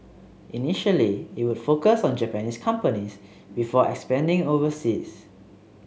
initially it would focus on Japanese companies before expanding overseas